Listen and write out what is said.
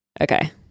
Okay